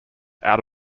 out